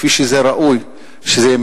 כפי שראוי שזה יהיה,